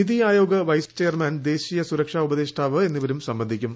NITI Aayog vice chairman ദേശീയ സുരക്ഷാ ഉപദേഷ്ടാവ് എന്നിവരും സംബന്ധിക്കും